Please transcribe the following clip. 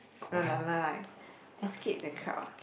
no lah not like escape the crowd ah